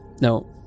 no